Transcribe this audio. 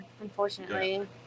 unfortunately